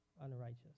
unrighteous